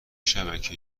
شبکه